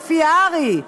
לפי הר"י,